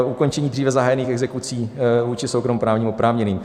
Ukončení dříve zahájených exekucí vůči soukromoprávním oprávněným.